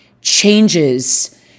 changes